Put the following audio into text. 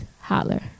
holler